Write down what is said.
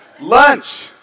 Lunch